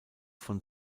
von